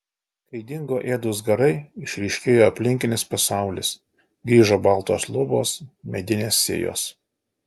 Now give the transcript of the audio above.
kai dingo ėdūs garai išryškėjo aplinkinis pasaulis grįžo baltos lubos medinės sijos